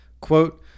Quote